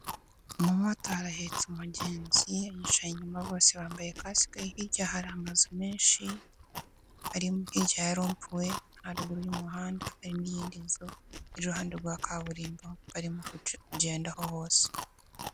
Umumotari ahetse umugenzi yicaye inyuma bose bambaye kasike, hirya hari amazu menshi arimo hirya yarompuwe, haruguru y'umuhanda hari n'iyindi nzu iruhande rwa kaburimbo, barimo kuyigendaho bose.